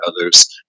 others